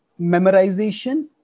memorization